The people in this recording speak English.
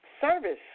service